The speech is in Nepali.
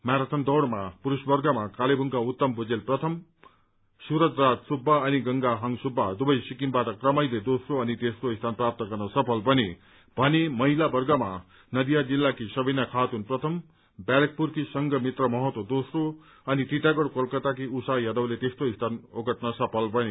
म्याराथन दौड़मा पुरूषवर्गमा कालेबुङका उत्तम भूजेल प्रथम सुरत राज सुब्बा अनि गंगाहाङ सुब्बा दुवै सिक्किमबाट क्रमैले दोम्रो अनि तेम्रो स्थान प्राप्त गर्न सफल बने भने महिला वर्गमा नदिया जिल्लाकी सविना खातुन प्रथम व्यारेपुरकी संघ मित्र महत्तो दोम्रो अनि टिटागढ़ कोलकताकी उषा यादवले तेम्रो स्थान ओगट्न सफल बने